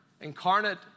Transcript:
incarnate